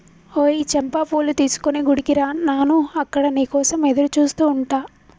ఓయ్ చంపా పూలు తీసుకొని గుడికి రా నాను అక్కడ నీ కోసం ఎదురుచూస్తు ఉంటా